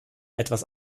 etwas